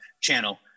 channel